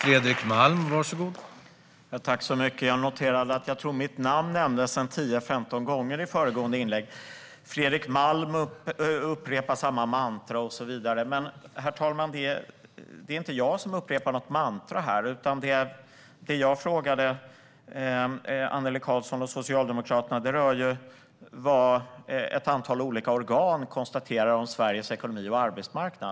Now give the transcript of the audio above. Herr talman! Jag tror att mitt namn nämndes 10-15 gånger i föregående inlägg - Fredrik Malm upprepar samma mantra och så vidare. Men, herr talman, det är inte jag som upprepar något mantra här. Det jag frågade Annelie Karlsson och Socialdemokraterna rör vad ett antal olika organ konstaterar om Sveriges ekonomi och arbetsmarknad.